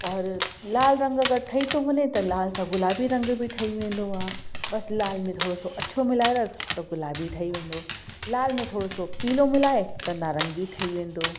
और लाल रंग अगरि ठही थो वञे त लाल सां गुलाबी रंग बि ठही वेंदो आहे बस लाल में थोरो सो अछो मिलाए रख त गुलाबी ठही वेंदो लाल में थोरो सो पीलो मिलाए त नारंगी ठही वेंदो